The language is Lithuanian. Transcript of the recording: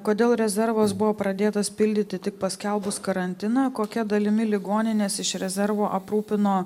kodėl rezervas buvo pradėtas pildyti tik paskelbus karantiną kokia dalimi ligonines iš rezervo aprūpino